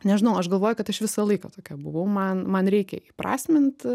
nežinau aš galvoju kad aš visą laiką tokia buvau man man reikia įprasmint